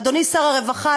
אדוני שר הרווחה,